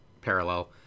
parallel